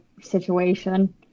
situation